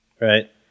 Right